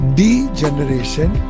degeneration